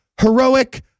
heroic